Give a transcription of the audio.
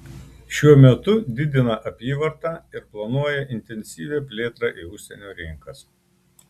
šiuo metu didina apyvartą ir planuoja intensyvią plėtrą į užsienio rinkas